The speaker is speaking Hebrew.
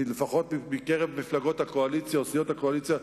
לפחות מקרב מפלגות הקואליציה או סיעות הקואליציה,